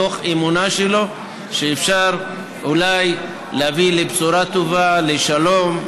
מתוך אמונה שלו שאפשר אולי להביא בשורה טובה של שלום,